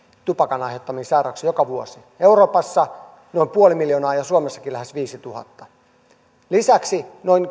tupakan aiheuttamiin sairauksiin joka vuosi euroopassa noin puoli miljoonaa ja suomessakin lähes viidenneksituhannenneksi lisäksi noin